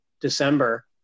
December